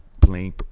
playing